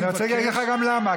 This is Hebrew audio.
אני אגיד לך גם למה,